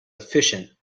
efficient